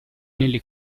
nelle